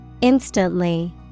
Instantly